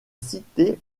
cités